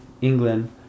England